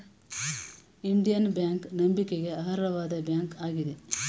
Indian Bank ನಂಬಿಕೆಗೆ ಅರ್ಹವಾದ bank ಆಗಿದೆ